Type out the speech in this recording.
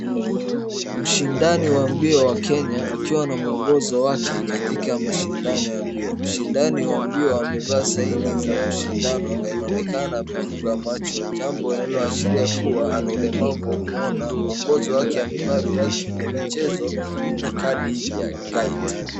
Mshindani wa mbio wa Kenya akiwa na mwongozo wake katika mashindano ya mbio. Mshindani wa mbio amevaa saini za mshindano, na inaonekana amefunga macho. Jambo linaloashiria kuwa ana ulemavu wa kuona. Mwongozo wake amevaa viatu vya mchezo na kadi ya guide .